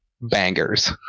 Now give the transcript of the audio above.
bangers